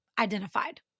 identified